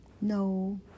No